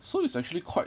so he's actually quite